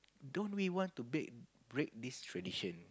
don't we want to bake break this tradition